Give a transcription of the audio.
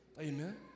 Amen